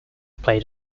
played